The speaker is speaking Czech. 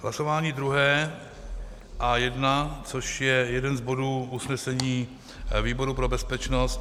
Hlasování druhé A1, což je jeden z bodů usnesení výboru pro bezpečnost.